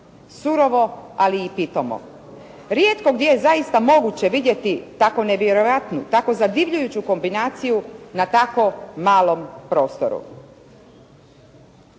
surovo, ali i pitomo. Rijetko gdje je zaista moguće vidjeti tako nevjerojatnu, tako zadivljujuću kombinaciju na tako malom prostoru.